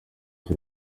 bya